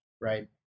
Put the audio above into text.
right